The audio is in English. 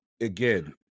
again